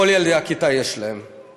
לכל ילדי הכיתה יש סמארטפון.